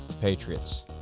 Patriots